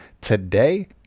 today